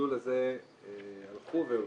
ובמסלול הזה הלכו והולכים.